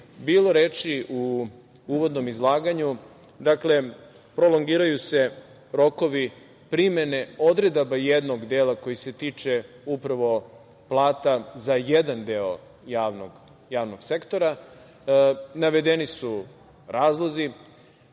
bilo reči u uvodnom izlaganju, prolongiraju se rokovi primene odredaba jednog dela koji se tiče upravo plata za jedan deo javnog sektora. Navedeni su razlozi.